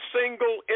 single